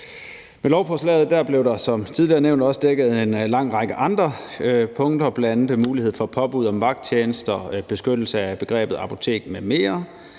Med lovforslaget dækkes der som tidligere nævnt også en lang række andre punkter, bl.a. mulighed for påbud om vagttjenester, beskyttelse af begrebet apotek m.m.